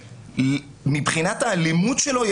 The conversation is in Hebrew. מבחינת האלימות שלו,